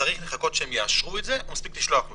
צריך לחכות שהם יאשרו את זה, או מספיק לשלוח להם?